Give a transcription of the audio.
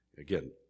Again